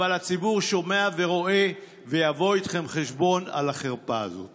אבל הציבור שומע ורואה ויבוא איתכם חשבון על החרפה הזאת.